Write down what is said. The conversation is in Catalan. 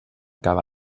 cada